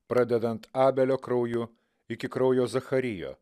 pradedant abelio krauju iki kraujo zacharijo